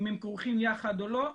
אם הם כרוכים יחד או לא,